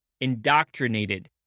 indoctrinated